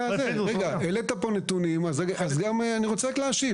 רגע, העלית פה נתונים אז אני רוצה להשיב.